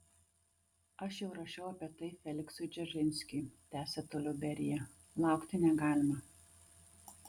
aš jau rašiau apie tai feliksui dzeržinskiui tęsė toliau berija laukti negalima